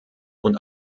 und